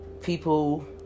people